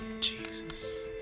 Jesus